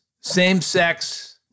same-sex